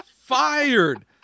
Fired